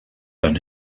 than